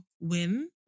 win